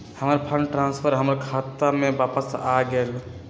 हमर fund transfer हमर खाता में वापस आ गेल